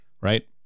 Right